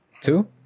Two